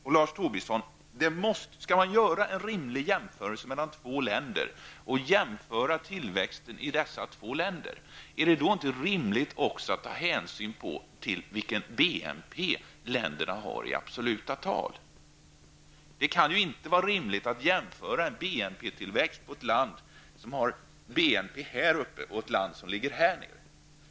Om man skall göra en rimlig jämförelse av tillväxten mellan två länder, Lars Tobisson, är det då inte rimligt att ta hänsyn till vilken BNP länderna har i absoluta tal? Det kan inte vara rimligt att jämföra BNP-tillväxt mellan ett land med BNP på en hög nivå och ett land med BNP en låg nivå.